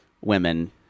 women